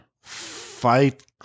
Fight